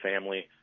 family